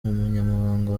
umunyamabanga